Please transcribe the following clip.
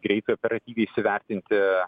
greitai operatyviai įsivertinti